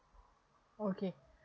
okay